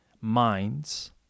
minds